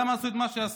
למה עשו את מה שעשו,